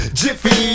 jiffy